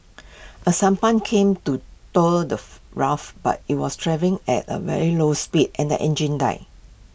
A sampan came to tow the raft but IT was travelling at A very slow speed and the engine died